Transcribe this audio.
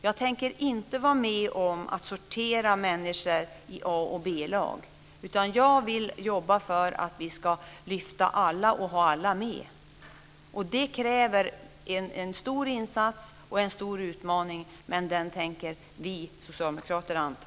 Jag tänker inte vara med om att sortera människor i A och B-lag, utan jag vill jobba för att vi ska lyfta fram alla och ha alla med. Det kräver en stor insats, och det är en stor utmaning, och den tänker vi socialdemokrater anta.